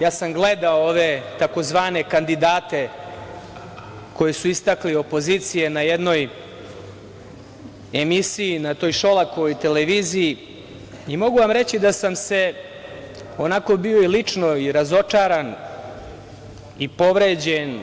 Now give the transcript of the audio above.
Ja sam gledao ove tzv. kandidate koje je istakla opozicija u jednoj emisiji, na toj Šolakovoj televiziji, i mogu vam reći da sam i lično bio razočaran i povređen